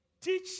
teach